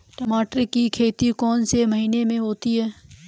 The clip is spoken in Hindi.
मटर की खेती कौन से महीने में होती है?